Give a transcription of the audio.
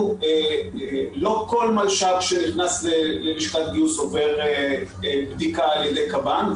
לא כל מלש"ב שנכנס ללשכת גיוס עובר בדיקה על ידי קב"ן,